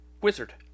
wizard